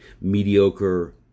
mediocre